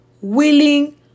willing